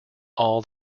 all